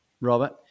Robert